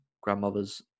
grandmothers